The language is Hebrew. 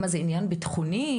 מה זה עניין ביטחוני?